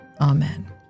Amen